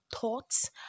thoughts